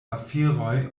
aferoj